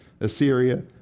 Assyria